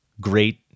great